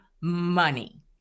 money